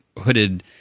hooded